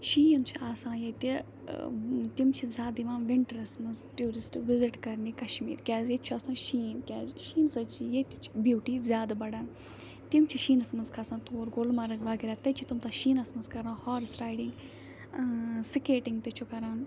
شیٖن چھُ آسان ییٚتہِ ٲں تِم چھِ زیادٕ یِوان وِنٹرَس مَنٛز ٹیٚورِسٹہٕ وِزِٹ کَرنہِ کَشمیٖر کیازِ ییٚتہِ چھُ آسان شیٖن کیازِ شیٖنہِ سۭتۍ چھِ ییٚتِچ بیٚوٹی زیادٕ بَڑھان تِم چھِ شیٖنَس مَنٛز کھَسان توٗر گُلمَرگ وَغیرہ تَتہِ چھِ تِم تَتھ شیٖنَس مَنٛز کَران ہارٕس رایڈِنٛگ ٲں سِکیٹِنٛگ تہِ چھُ کَران